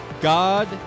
God